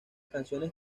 canciones